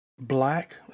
black